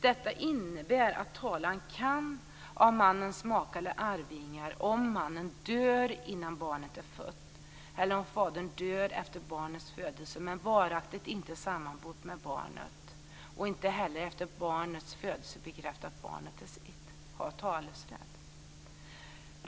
Detta innebär att talan kan väckas av mannens maka eller arvingar om mannen dör innan barnet är fött eller om fadern dör efter barnets födelse men varaktigt inte sammanbott med barnet och inte heller efter barnets födelse bekräftat att barnet är hans och har talerätt.